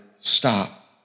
stop